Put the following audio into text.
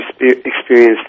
experienced